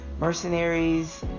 mercenaries